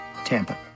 Tampa